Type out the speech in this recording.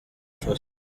faso